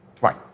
Right